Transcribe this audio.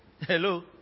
Hello